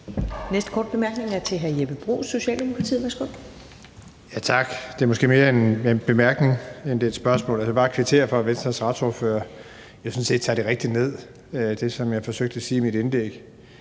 Næste korte bemærkning er fra hr. Jeppe Bruus, Socialdemokratiet.